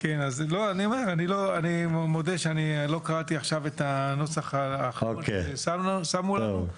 אני מודה שלא קראתי את הנוסח האחרון ששמנו לנו.